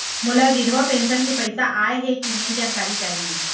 मोला विधवा पेंशन के पइसा आय हे कि नई जानकारी चाही?